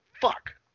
fuck